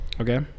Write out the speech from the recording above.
Okay